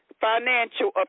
financial